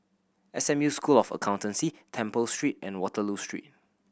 S M U School of Accountancy Temple Street and Waterloo Street